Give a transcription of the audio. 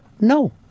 No